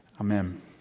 Amen